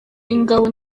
ingabo